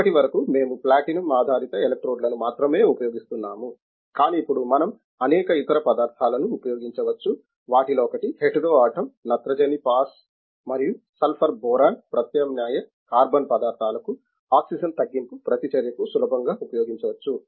ఇప్పటి వరకు మేము ప్లాటినం ఆధారిత ఎలక్ట్రోడ్లను మాత్రమే ఉపయోగిస్తున్నాము కానీ ఇప్పుడు మనం అనేక ఇతర పదార్థాలను ఉపయోగించవచ్చు వాటిలో ఒకటి హెటెరో ఆటమ్ నత్రజని పాస్ మరియు సల్ఫర్ బోరాన్ ప్రత్యామ్నాయ కార్బన్ పదార్థాలను ఆక్సిజన్ తగ్గింపు ప్రతిచర్యకు సులభంగా ఉపయోగించవచ్చు